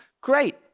great